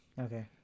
Okay